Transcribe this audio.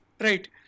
Right